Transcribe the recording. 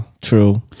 true